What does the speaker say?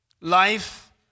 Life